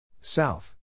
South